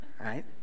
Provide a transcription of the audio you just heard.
right